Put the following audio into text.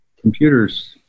computers